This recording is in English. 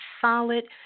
solid